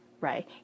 right